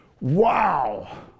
Wow